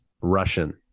Russian